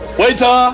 waiter